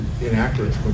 inaccurate